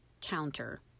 counter